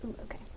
Okay